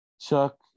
Chuck